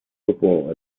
football